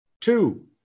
Two